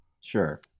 Sure